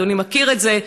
אדוני מכיר את זה.